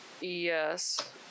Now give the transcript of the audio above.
Yes